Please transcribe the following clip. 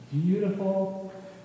beautiful